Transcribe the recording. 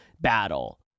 battle